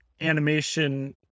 animation